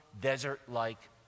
desert-like